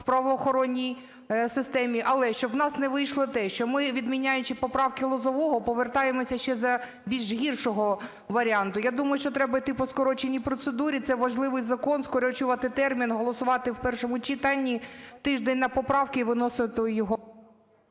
в правоохоронній системі. Але щоб в нас не вийшло те, що ми, відміняючи поправки Лозового, повертаємося ще до більш гіршого варіанту. Я думаю, що треба іти по скороченій процедурі, це важливий закон, скорочувати термін, голосувати в першому читанні, тиждень – на поправки і виносити його...